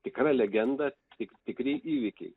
tikra legenda tik tikri įvykiai